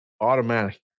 automatic